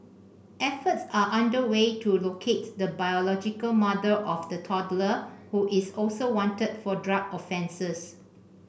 efforts are underway to locate the biological mother of the toddler who is also wanted for drug offences